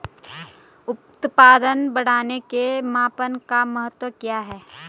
उत्पादन बढ़ाने के मापन का महत्व क्या है?